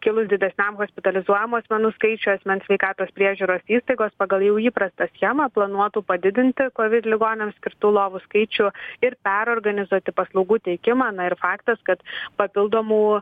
kilus didesniam hospitalizuojamų asmenų skaičiui asmens sveikatos priežiūros įstaigos pagal jau įprastą schemą planuotų padidinti kovid ligoniams skirtų lovų skaičių ir perorganizuoti paslaugų teikimą na ir faktas kad papildomų